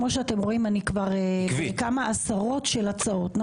כמו שאתם רואים אני כבר בכמה עשרות של הצעות --- עקבית.